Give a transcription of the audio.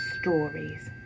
Stories